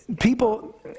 people